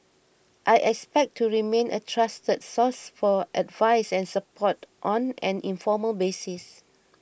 I expect to remain a trusted source for advice and support on an informal basis